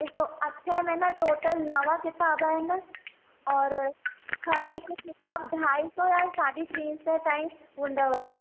ॾिसो अठे में ना टोटल नव किताब आहिनि और हर हिक किताब ढाई सौ या साढी टी सै ताईं हूंदव